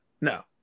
no